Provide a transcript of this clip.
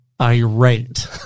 Irate